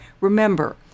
Remember